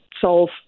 solve